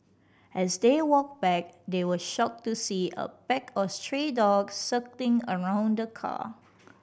as they walked back they were shocked to see a pack of stray dogs circling around the car